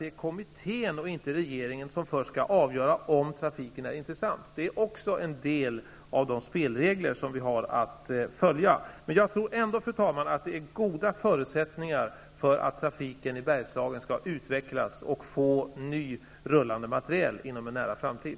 Det är kommittén, inte regeringen, som först skall avgöra om trafiken är intressant. Det är också en del av de spelregler vi har att följa. Jag tror ändå, fru talman, att det finns goda förutsättningar för att trafiken i Bergslagen skall utvecklas och få ny rullande materiel inom en nära framtid.